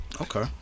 okay